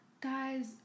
Guys